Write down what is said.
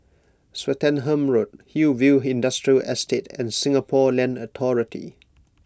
Swettenham Road Hillview Industrial Estate and Singapore Land Authority